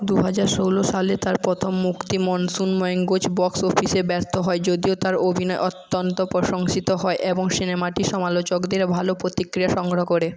দু হাজার ষোলো সালে তার প্রথম মুক্তি মনসুন ম্যাঙ্গোজ বক্স অফিসে ব্যর্থ হয় যদিও তার অভিনয় অত্যন্ত প্রশংসিত হয় এবং সিনেমাটি সমালোচকদের ভালো প্রতিক্রিয়া সংগ্রহ করে